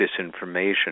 disinformation